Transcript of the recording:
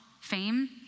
fame